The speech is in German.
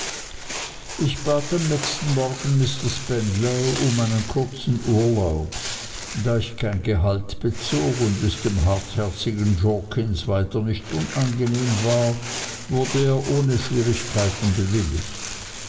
ich bat am nächsten morgen mr spenlow um einen kurzen urlaub da ich keinen gehalt bezog und es dem hartherzigen jorkins weiter nicht unangenehm war wurde er ohne schwierigkeiten bewilligt